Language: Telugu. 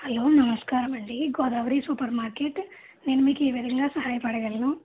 హలో నమస్కారమండి గోదావరీ సూపర్ మార్కెట్ నేను మీకే విధంగా సహాయపడగలను